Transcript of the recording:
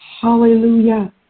Hallelujah